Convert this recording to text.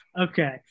Okay